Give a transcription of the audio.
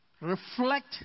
reflect